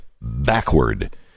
backward